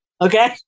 Okay